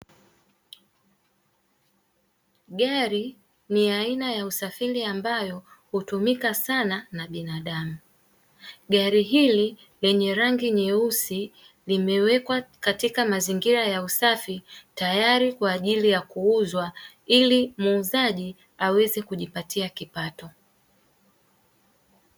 Gari ni aina ya usafiri ambayo hutumika sana na binadamu, gari hili lenye rangi nyeusi limewekwa katika mazingira ya usafi tayari kwa ajili ya kuuzwa ili muuzaji aweze kujipatia kipato.